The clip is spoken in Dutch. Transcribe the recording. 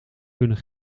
kunnen